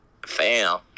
Fam